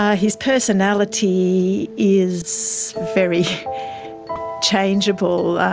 ah his personality is very changeable.